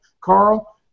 Carl